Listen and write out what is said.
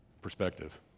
perspective